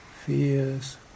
fears